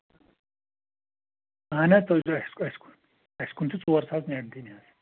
اَہن حظ اَسہِ کُن اَسہِ کُن چھِ ژور ساس دِنۍ حظ